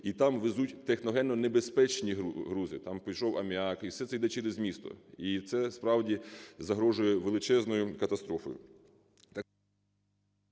і там везуть техногенно небезпечні грузи, там пішов аміак, і все це йде через місто. І це справді загрожує величезною катастрофою…